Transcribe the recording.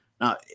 now